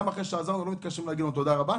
גם אחרי שעזרנו לא מתקשרים להגיד "תודה רבה",